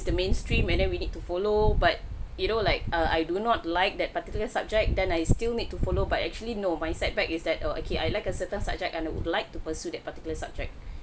the mainstream and then we need to follow but you know like err I do not like that particular subject then I still need to follow but actually no my setback is that oh actually I like a certain subject and I would like to pursue that particular subject